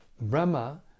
Brahma